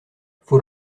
faut